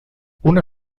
una